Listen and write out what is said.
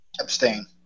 Abstain